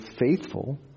faithful